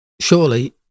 surely